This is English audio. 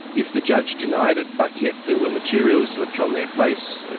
if the judge denied it, but yet there were materials which on their face,